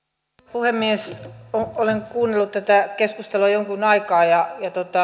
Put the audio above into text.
puhemies olen kuunnellut tätä keskustelua jonkun aikaa ja